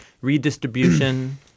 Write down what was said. redistribution